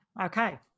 okay